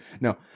no